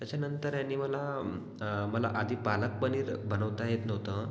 त्याच्यानंतर आणि मला मला आधी पालक पनीर बनवता येत नव्हतं